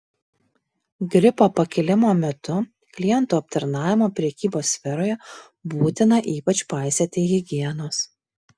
gripo pakilimo metu klientų aptarnavimo prekybos sferoje būtina ypač paisyti higienos